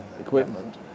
equipment